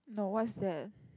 no what is that